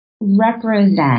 represent